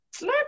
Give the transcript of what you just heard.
Let